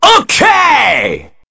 Okay